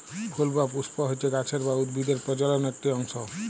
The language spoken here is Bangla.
ফুল বা পুস্প হচ্যে গাছের বা উদ্ভিদের প্রজলন একটি অংশ